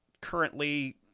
currently